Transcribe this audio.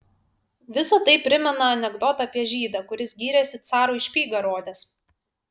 visa tai primena anekdotą apie žydą kuris gyrėsi carui špygą rodęs